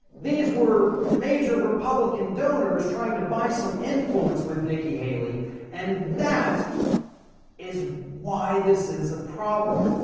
these were major republican donors trying to buy some influence with nikki haley and that is why this is a problem,